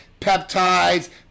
peptides